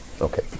Okay